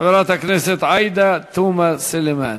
חברת הכנסת עאידה תומא סלימאן.